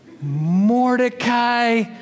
Mordecai